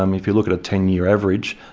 um if you look at a ten-year average,